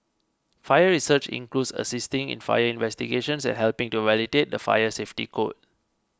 fire research includes assisting in fire investigations and helping to validate the fire safety code